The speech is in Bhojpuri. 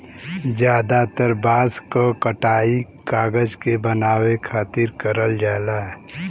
जादातर बांस क कटाई कागज के बनावे खातिर करल जाला